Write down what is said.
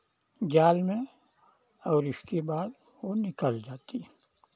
जाल में और इसके बाद वो निकल जाती